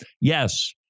Yes